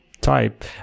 type